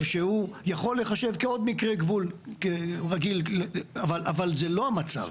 שהוא יכול להיחשב כעוד מקרה גבול רגיל אבל זה לא המצב.